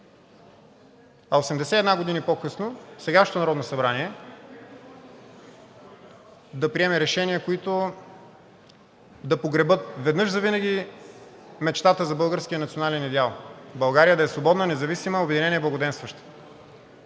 а 81 години по-късно сегашното Народно събрание да приеме решения, които да погребат веднъж завинаги мечтата за българския национален идеал – България да е свободна, независима, обединена и благоденстваща.